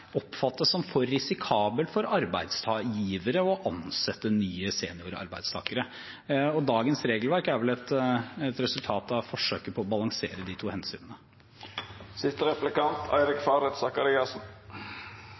oppfattes som for risikabelt for arbeidsgivere å ansette nye seniorarbeidstakere. Dagens regelverk er vel et resultat av forsøket på å balansere de to